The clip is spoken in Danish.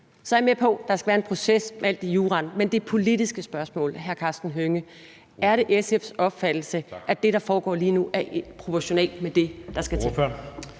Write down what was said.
Så er jeg med på, at der skal være en proces med al juraen, men det politiske spørgsmål er, hr. Karsten Hønge: Er det SF's opfattelse, at det, der foregår lige nu, er proportionalt med det, der er sket?